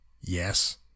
yes